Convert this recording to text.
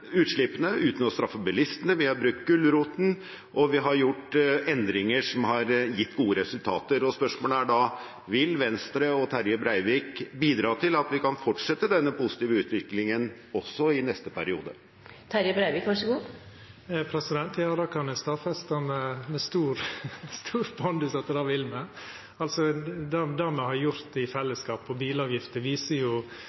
utslippene uten å straffe bilistene. Vi har brukt gulroten, og vi har gjort endringer som har gitt gode resultater. Spørsmålet er da: Vil Venstre og Terje Breivik bidra til at vi kan fortsette denne positive utviklingen også i neste periode? Ja, det kan eg stadfesta med stor pondus at det vil me. Det me har gjort i